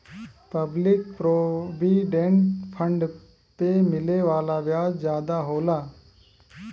public provident fund पे मिले वाला ब्याज जादा होला